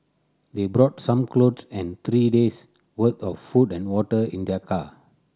they brought some clothes and three days worth of food and water in their car